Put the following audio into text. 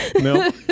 No